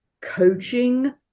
coaching